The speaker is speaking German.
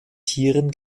tieren